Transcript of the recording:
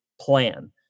plan